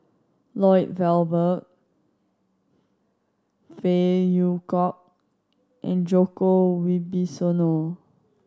Lloyd Valberg Phey Yew Kok and Djoko Wibisono